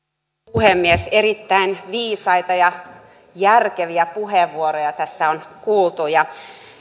puhemies erittäin viisaita ja järkeviä puheenvuoroja tässä on kuultu